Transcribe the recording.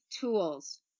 tools